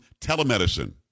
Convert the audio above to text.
telemedicine